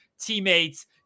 Teammates